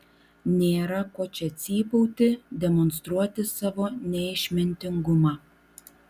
nėra ko čia cypauti demonstruoti savo neišmintingumą